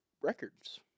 records